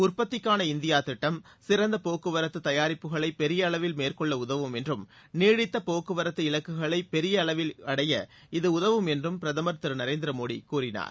உற்பத்திக்கான இந்தியா திட்டம் சிறந்த போக்குவரத்துத் தயாரிப்புகளை பெரிய அளவில் மேற்கொள்ள உதவும் என்றும் நீடித்த போக்குவரத்து இலக்குகளை பெரிய அளவில் அடைய இது உதவும் என்றும் பிரதமர் திரு நரேந்திர மோடி கூறினார்